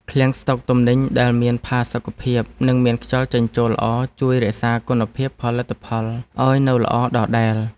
ឃ្លាំងស្តុកទំនិញដែលមានផាសុកភាព និងមានខ្យល់ចេញចូលល្អជួយរក្សាគុណភាពផលិតផលឱ្យនៅល្អដដែល។